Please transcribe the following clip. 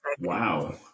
wow